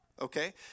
okay